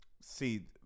see